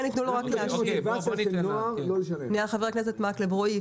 לא הבנתי מה ההבדל בין חופשי-חודשי לנוער,